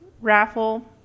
raffle